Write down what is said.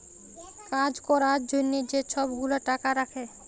কাজ ক্যরার জ্যনহে যে ছব গুলা টাকা রাখ্যে